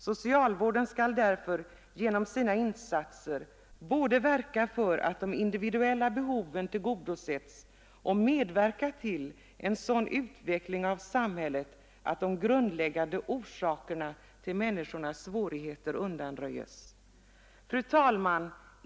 Socialvården skall därför genom sina insatser både verka för att de individuella behoven tillgodoses och medverka till en sådan utveckling av samhället att de grundläggande orsakerna till människornas svårigheter undanröjs. Fru talman!